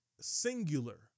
singular